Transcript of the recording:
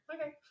Okay